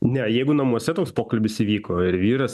ne jeigu namuose toks pokalbis įvyko ir vyras